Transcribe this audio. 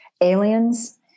aliens